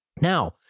Now